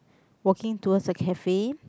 walking towards a cafe